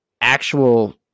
actual